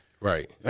right